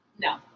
no